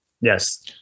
Yes